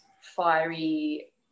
fiery